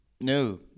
no